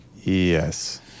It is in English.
Yes